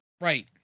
Right